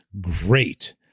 great